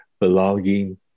belonging